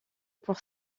pour